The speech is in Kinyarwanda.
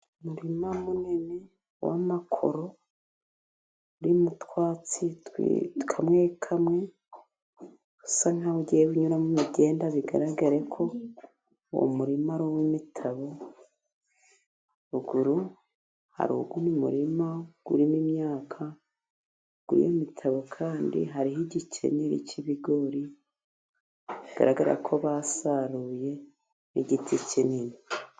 Umurima munini w'amakoro, urimo utwatsi kamwe kamwe, usa nk'aho ugiye unyurwamo imigende bigaragara ko uwo murima ari uw'imitabo, ruguru hari uwundi murima urimo imyaka, kuri iyo mitabo kandi hariho igikenyeri cy'ibigori, bigaragare ko basaruyemo igiti kinini.